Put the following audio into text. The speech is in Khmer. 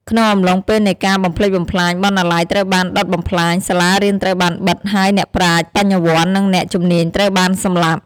ក្នុងអំឡុងពេលនៃការបំផ្លិចបំផ្លាញ បណ្ណាល័យត្រូវបានដុតបំផ្លាញ សាលារៀនត្រូវបានបិទ ហើយអ្នកប្រាជ្ញ បញ្ញវន្ត និងអ្នកជំនាញត្រូវបានសម្លាប់។